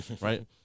right